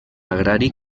agrari